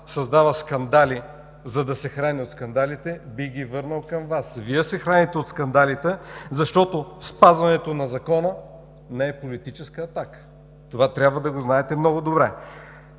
създават скандали, за да се хранят от скандалите, бих ги върнал към Вас – Вие се храните от скандалите. Спазването на закона не е политическа атака. Това трябва да го знаете много добре!